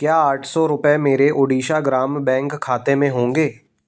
क्या आठ सौ रुपये मेरे ओडिशा ग्राम्य बैंक खाते में होंगे